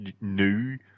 new